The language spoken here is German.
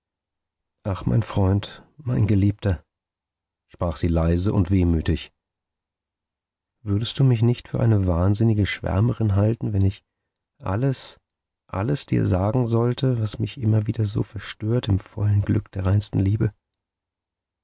ach mein freund mein geliebter sprach sie leise und wehmütig würdest du mich nicht für eine wahnsinnige schwärmerin halten wenn ich alles alles dir sagen sollte was mich immer wieder so verstört im vollen glück der reinsten liebe